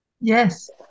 yes